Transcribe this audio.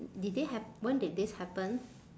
did it hap~ when did this happen